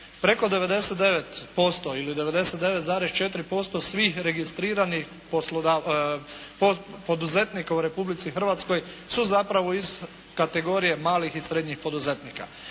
Preko 99% ili 99,4% svih registriranih poduzetnika u Republici Hrvatskoj su zapravo iz kategorije malih i srednjih poduzetnika.